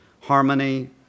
harmony